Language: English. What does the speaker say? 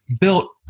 built